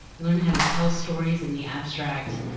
you learned how to tell stories in the abstract,